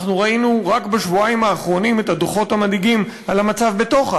וראינו רק בשבועיים האחרונים את הדוחות המדאיגים על המצב בתוך עזה,